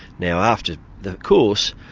now after the course,